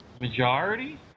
Majority